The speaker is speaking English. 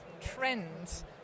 trends